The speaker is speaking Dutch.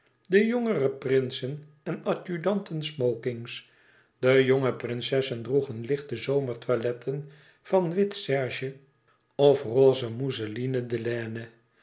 de jongere prinsen en adjudanten smokings de jonge prinsessen droegen lichte zomertoiletten van wit serge of roze mousselinede laine